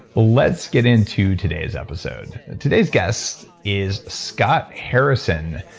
let's get into today's episode. today's guest is scott harrison,